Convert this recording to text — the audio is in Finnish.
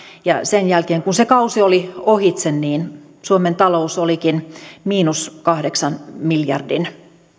ja sen jälkeen kun se kausi oli ohitse suomen talous olikin miinus kahdeksan miljardin